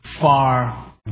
far